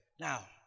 Now